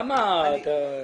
למה את אומרת את זה?